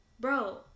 bro